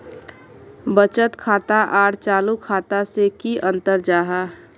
बचत खाता आर चालू खाता से की अंतर जाहा?